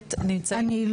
שהבאת נמצאים?